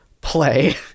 play